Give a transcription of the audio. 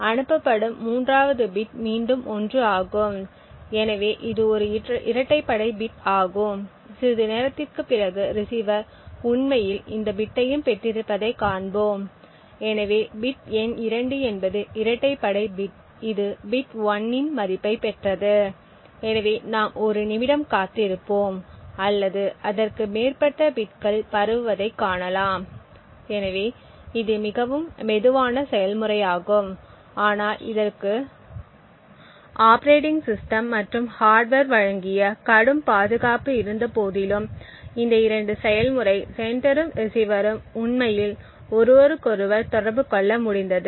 அனுப்பப்படும் 3 வது பிட் மீண்டும் 1 ஆகும் எனவே இது ஒரு இரட்டைப்படை பிட் ஆகும் சிறிது நேரத்திற்குப் பிறகு ரிசீவர் உண்மையில் இந்த பிட்டையும் பெற்றிருப்பதைக் காண்போம் எனவே பிட் எண் 2 என்பது இரட்டைப்படை பிட் இது பிட் 1 இன் மதிப்பைப் பெற்றது எனவே நாம் ஒரு நிமிடம் காத்திருப்போம் அல்லது அதற்கு மேற்பட்ட பிட்கள் பரவுவதைக் காணலாம் எனவே இது மிகவும் மெதுவான செயல்முறையாகும் ஆனால் இதற்கு ஆப்பரேட்டிங் சிஸ்டம் மற்றும் ஹார்ட்வர் வழங்கிய கடும் பாதுகாப்பு இருந்தபோதிலும் இந்த 2 செயல்முறை செண்டரும் ரிஸீவரும் உண்மையில் ஒருவருக்கொருவர் தொடர்பு கொள்ள முடிந்தது